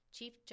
Chief